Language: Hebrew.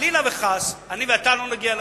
חלילה וחס אני ואתה לא נגיע להסכמה.